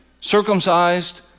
circumcised